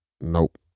nope